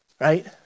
right